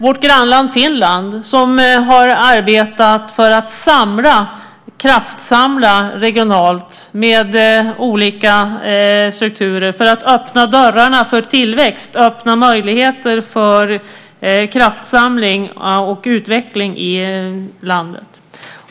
Vårt grannland Finland har arbetat för att kraftsamla regionalt med olika strukturer för att öppna dörrarna för tillväxt och möjligheter för utveckling i landet.